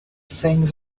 things